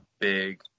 big